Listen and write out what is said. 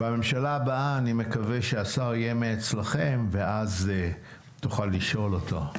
בממשלה הבאה אני מקווה שהשר יהיה מאצלכם ואז תוכל לשאול אותו.